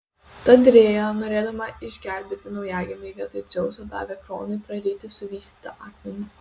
tad rėja norėdama išgelbėti naujagimį vietoj dzeuso davė kronui praryti suvystytą akmenį